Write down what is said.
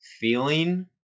feeling